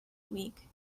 week